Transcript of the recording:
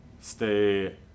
stay